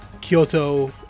Kyoto